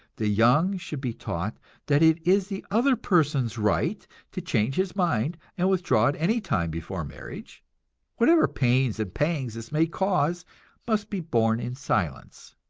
the young should be taught that it is the other person's right to change his mind and withdraw at any time before marriage whatever pains and pangs this may cause must be borne in silence.